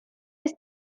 its